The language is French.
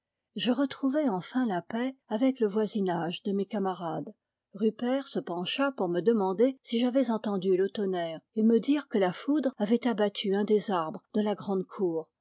je retrouvai enfin la paix avec le voisinage de mes camarades rupert se pencha pour me demander si j'avais entendu le tonnerre et me dire que la foudre avait abattu un des arbres de la grande cour